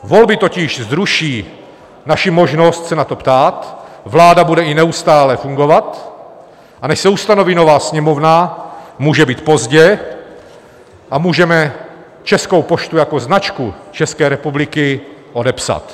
Volby totiž zruší naši možnost se na to ptát, vláda bude i neustále fungovat, a než se ustaví nová Sněmovna, může být pozdě a můžeme Českou poštu jako značku České republiky odepsat.